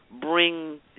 bring